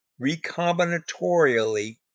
recombinatorially